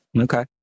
Okay